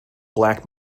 black